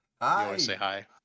Hi